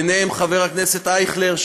ובהם חבר הכנסת אייכלר,